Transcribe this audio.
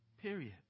Period